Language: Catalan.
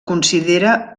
considera